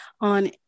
on